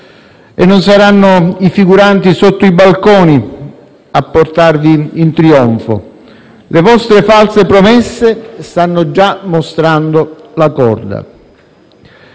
E non saranno i figuranti sotto i balconi a portarvi in trionfo: le vostre false promesse stanno già mostrando la corda.